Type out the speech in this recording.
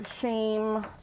shame